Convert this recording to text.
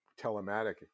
telematic